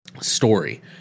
story